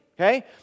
Okay